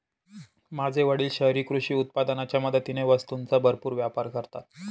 माझे वडील शहरी कृषी उत्पादनाच्या मदतीने वस्तूंचा भरपूर व्यापार करतात